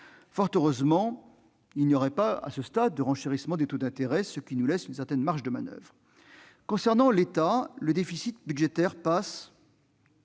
Fort heureusement, il n'y aurait pas à ce stade de renchérissement des taux d'intérêt, ce qui nous laisse une certaine marge de manoeuvre. Concernant l'État, son déficit budgétaire passe